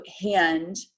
hand